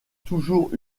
toujours